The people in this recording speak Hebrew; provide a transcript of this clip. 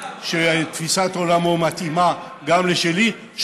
שתפיסת עולמו מתאימה לשלי,